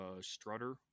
strutter